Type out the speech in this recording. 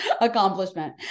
accomplishment